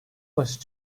başa